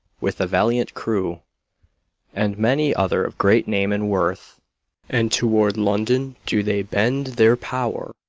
with a valiant crew and many other of great name and worth and towards london do they bend their power,